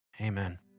Amen